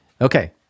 Okay